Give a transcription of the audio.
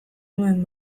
nuen